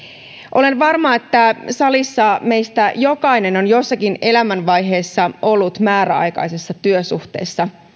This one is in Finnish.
olen varma että salissa meistä jokainen on jossakin elämänvaiheessa ollut määräaikaisessa työsuhteessa